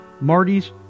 Marty's